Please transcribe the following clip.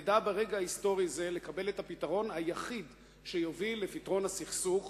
תדע ברגע היסטורי זה לקבל את הפתרון היחיד שיוביל לפתרון הסכסוך,